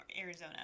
Arizona